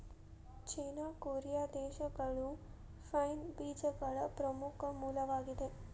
ಚೇನಾ, Korea ದೇಶಗಳು pine ಬೇಜಗಳ ಪ್ರಮುಖ ಮೂಲವಾಗಿದೆ